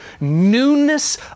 newness